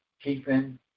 keeping